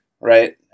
right